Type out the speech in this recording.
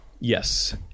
yes